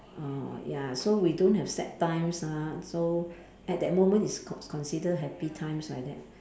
uh ya so we don't have sad times ah so at that moment is con~ considered happy times like that